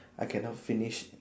I cannot finish